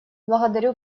благодарю